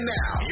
now